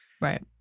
Right